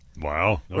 Wow